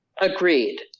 Agreed